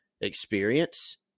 experience